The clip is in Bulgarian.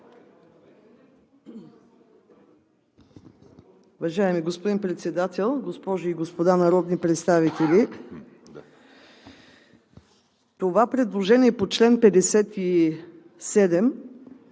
Уважаеми господин Председател, госпожи и господа народни представители! Направих предложението по чл. 57